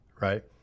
right